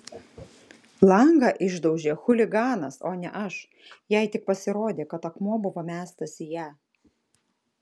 langą išdaužė chuliganas o ne aš jai tik pasirodė kad akmuo buvo mestas į ją